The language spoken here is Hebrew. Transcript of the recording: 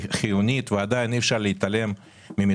היא חיונית, אבל עדיין אי אפשר להתעלם ממצוקת